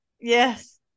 Yes